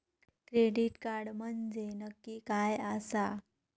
Credit card म्हंजे नक्की काय आसा?